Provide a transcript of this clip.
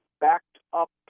backed-up